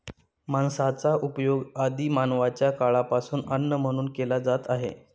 मांसाचा उपयोग आदि मानवाच्या काळापासून अन्न म्हणून केला जात आहे